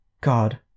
God